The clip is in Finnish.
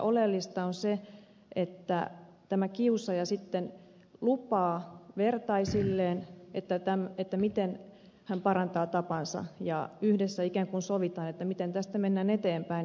oleellista on se että tämä kiusaaja lupaa vertaisilleen miten hän parantaa tapansa ja yhdessä ikään kuin sovitaan miten tästä mennään eteenpäin